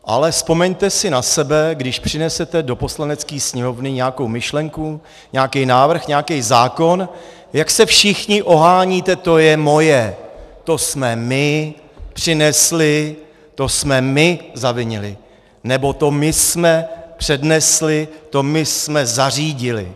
Ale vzpomeňte si na sebe, když přinesete do Poslanecké sněmovny nějakou myšlenku, nějaký návrh, nějaký zákon, jak se všichni oháníte: to je moje, to jsme my přinesli, to jsme my zavinili, nebo to my jsme přednesli, to my jsme zařídili.